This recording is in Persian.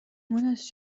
مونس